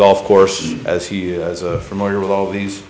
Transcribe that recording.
golf course as he is a familiar with all these